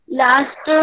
last